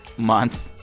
month,